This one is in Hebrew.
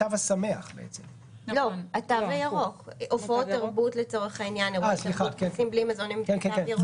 בעצם לא רלוונטיים לתו הירוק ולכן סוגיית המימון לא רלוונטית.